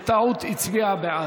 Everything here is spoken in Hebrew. בטעות הצביעה בעד.